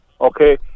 Okay